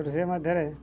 ରୋଷେଇ ମଧ୍ୟରେ